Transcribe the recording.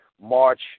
March